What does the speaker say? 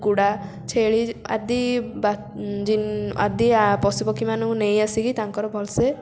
କୁକୁଡ଼ା ଛେଳି ଆଦି ବା ଆଦି ପଶୁପକ୍ଷୀମାନଙ୍କୁ ନେଇଆସିକି ତାଙ୍କର ଭଲସେ